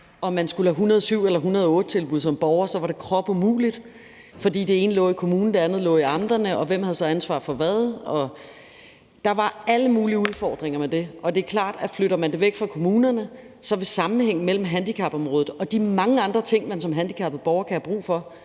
borger skulle have et 107- eller et 108-tilbud, for så var det kropumuligt, fordi det ene lå hos kommunen, og det andet lå i amterne, og hvem havde så ansvaret for hvad? Der var alle mulige udfordringer med det, og det er klart, at flytter man det væk fra kommunerne, vil der i forhold til sammenhængen mellem handicapområdet og de mange andre ting, man som handicappet borger kan have brug for,